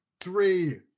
three